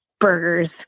burgers